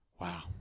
Wow